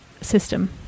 system